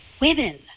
women